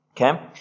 Okay